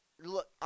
Look